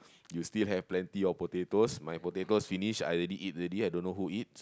you still have plenty of potatoes my potatoes finish I already eat already I don't know who eat